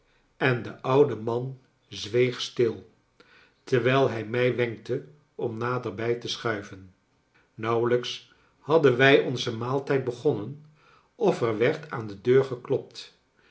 en de oude man zweeg stil terwijl hij mij wenkte om naderbij te schuiven nauwelijks hadden wij onzen maaltijd begonnen of er werd aan de deur geklopt